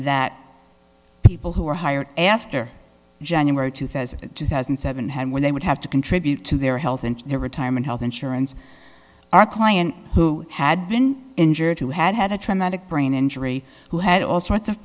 that people who were hired after january two thousand two thousand and seven when they would have to contribute to their health and their retirement health insurance our client who had been injured who had had a traumatic brain injury who had all sorts of